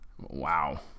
wow